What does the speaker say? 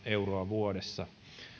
vuodessa